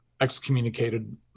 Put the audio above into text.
excommunicated